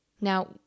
Now